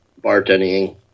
bartending